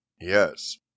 Yes